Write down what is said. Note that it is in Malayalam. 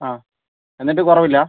ആ എന്നിട്ട് കുറവില്ലേ